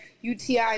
UTI